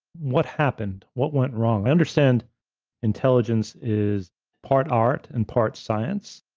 what happened, what went wrong? i understand intelligence is part art and part science,